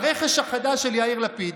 הרכש החדש של יאיר לפיד,